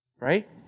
Right